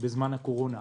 בזמן הקורונה,